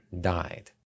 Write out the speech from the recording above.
died